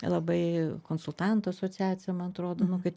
labai konsultantų asociacija man atrodo nu kad